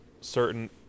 certain